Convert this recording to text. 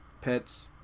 pets